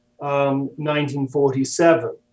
1947